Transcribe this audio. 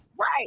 right